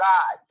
God